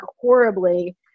horribly